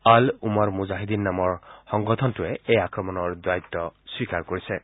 all Umar Mujahideen নামৰ সংগঠনটোৱে এই আক্ৰমণৰ দায়িত্ব স্বীকাৰ কৰিছে